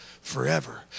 forever